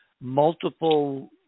multiple